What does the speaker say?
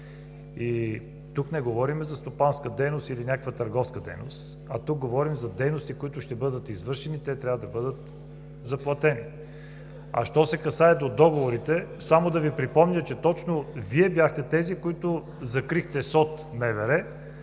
Тук не говорим за стопанска или търговска дейност, а говорим за дейности, които ще бъдат извършени и трябва да бъдат заплатени. Що се касае до договорите, само да Ви припомня, че точно Вие бяхте тези, които закрихте СОД-МВР,